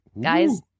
guys